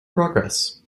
progress